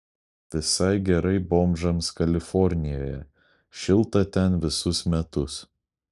visai gerai bomžams kalifornijoje šilta ten visus metus